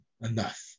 enough